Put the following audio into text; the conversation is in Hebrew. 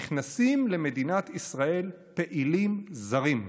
נכנסים למדינת ישראל פעילים זרים.